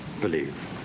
believe